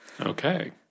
okay